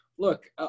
Look